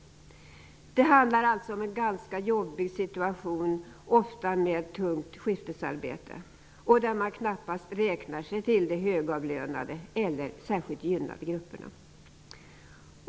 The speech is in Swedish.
Det handlar alltså om en ganska jobbig situation, ofta med tungt skiftarbete. Man räknar sig knappast till de högavlönade eller särskilt gynnade grupperna.